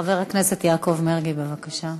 חבר הכנסת יעקב מרגי, בבקשה,